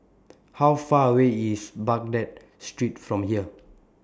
How Far away IS Baghdad Street from here